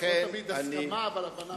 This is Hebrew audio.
לא תמיד הסכמה, אבל הבנה.